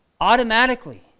Automatically